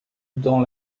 dans